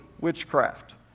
witchcraft